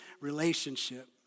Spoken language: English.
relationship